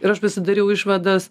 ir aš pasidariau išvadas